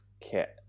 kit